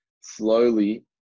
slowly